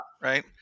Right